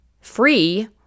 free